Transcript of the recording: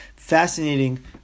Fascinating